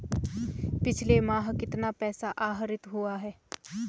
पिछले माह कितना पैसा आहरित हुआ है?